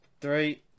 Three